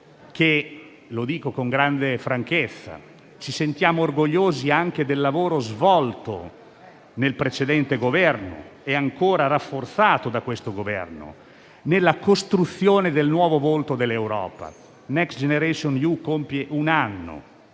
- e lo dico con grande franchezza - che ci sentiamo orgogliosi anche del lavoro svolto nel precedente Governo, e ancora rafforzato da questo Governo, nella costruzione del nuovo volto dell'Europa. Next generation EU compie un anno;